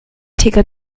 ticket